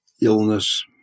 illness